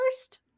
first